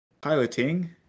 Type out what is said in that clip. piloting